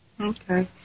Okay